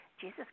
Jesus